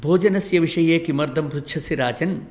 भोजनस्य विषये किमर्थं पृच्छसि राजन्